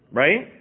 right